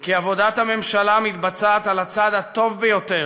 כי עבודת הממשלה מתבצעת על הצד הטוב ביותר,